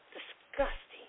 Disgusting